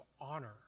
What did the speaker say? honor